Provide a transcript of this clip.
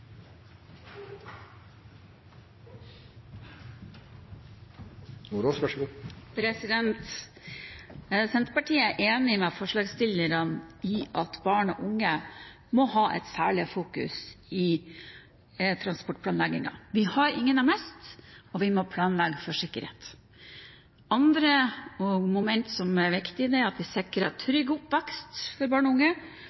enig med forslagsstillerne i at barn og unge må en ha en særlig fokusering i transportplanleggingen. Vi har ingen å miste, og vi må planlegge for sikkerhet. Andre momenter som også er viktige, er at vi sikrer